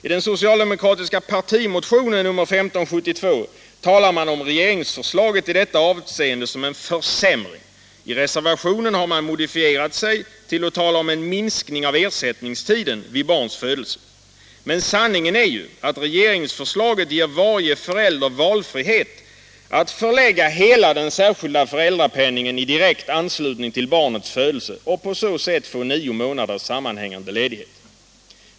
I den socialdemokratiska partimotionen 1572 talar man om regeringsförslaget i detta avseende som en ”försämring”, i reservationen har man modifierat sig till att tala om en ”minskning av ersättningstiden” vid barns födelse. Men sanningen är ju att regeringsförslaget ger varje förälder valfrihet att förlägga hela den särskilda föräldrapenningen i direkt anslutning till barnets födelse och på så sätt få nio månaders sammanhängande ledighet.